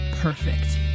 perfect